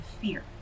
fear